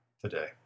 today